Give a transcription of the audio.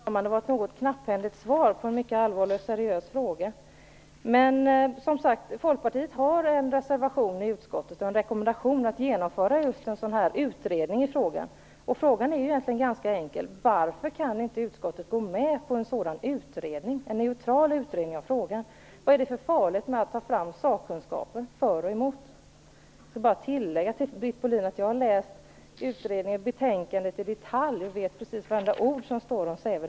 Fru talman! Det var ett väldigt knapphändigt svar på en mycket allvarlig och seriös fråga. Men, som sagt, Folkpartiet har avgett en reservation i utskottet och har lämnat en rekommendation om att genomföra just en sådan här utredning. Frågan är egentligen ganska enkel. Varför kan inte utskottet gå med på en neutral utredning av frågan? Vad är det för farligt med att ta fram sakkunskap för och emot? Jag vill bara tillägga att jag har läst utredningens betänkande i detalj, så jag känner till precis vartenda ord som står om Säve.